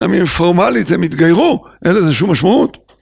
גם אם פורמלית הם התגיירו, אין לזה שום משמעות.